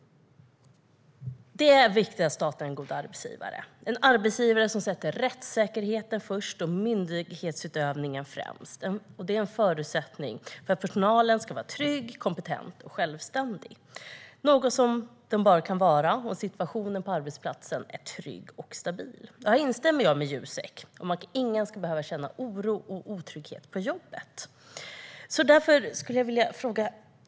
Det är viktigt att staten är en god arbetsgivare - en arbetsgivare som sätter rättssäkerheten först och myndighetsutövningen främst. Det är en förutsättning för att personalen ska vara trygg, kompetent och självständig. Det kan den bara vara om situationen på arbetsplatsen är trygg och stabil. Jag instämmer i det Jusek säger om att ingen ska behöva känna oro och otrygghet på jobbet. Jag skulle därför vilja ställa ett par frågor, statsrådet Ygeman.